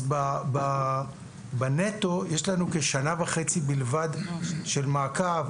אז בנטו יש לנו כשנה וחצי בלבד של מעקב,